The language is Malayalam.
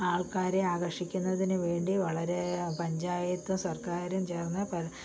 ആൾക്കാരെ ആകർഷിക്കുന്നതിനു വേണ്ടി വളരെ പഞ്ചായത്തും സർക്കാരും ചേർന്ന്